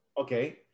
Okay